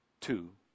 two